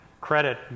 credit